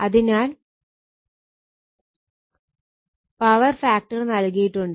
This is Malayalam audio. അതിനാൽ പവർ ഫാക്ടർ നൽകിയിട്ടുണ്ട്